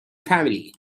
family